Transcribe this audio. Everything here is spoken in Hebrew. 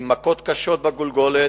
עם מכות קשות בגולגולת,